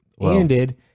ended